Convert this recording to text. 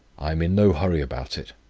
i am in no hurry about it.